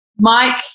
Mike